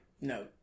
no